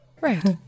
Right